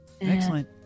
excellent